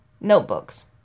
notebooks